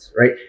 right